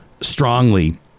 strongly